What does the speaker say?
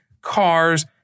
cars